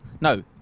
No